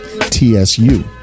tsu